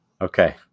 Okay